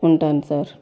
ఉంటాను సార్